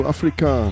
Africa